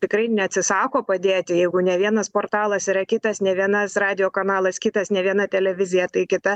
tikrai neatsisako padėti jeigu ne vienas portalas yra kitas ne vienas radijo kanalas kitas ne viena televizija tai kita